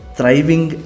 Thriving